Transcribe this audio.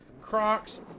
Crocs